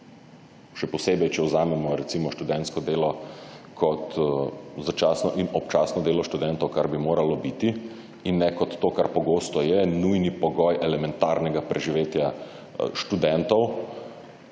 Še posebej, če vzamemo recimo študentsko delo kot začasno in občasno delo študentov, kar bi moralo biti, in ne kot - to, kar pogosto je – nujni pogoj elementarnega preživetja študentov.